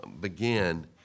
begin